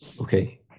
Okay